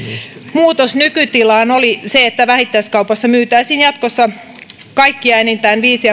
muutos nykytilaan on se että vähittäiskaupassa myytäisiin jatkossa kaikkia enintään viisi